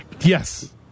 Yes